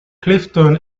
clifton